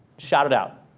shout it out.